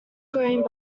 growing